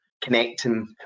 connecting